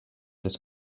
this